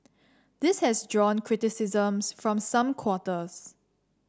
this has drawn criticisms from some quarters